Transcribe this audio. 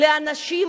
אנשים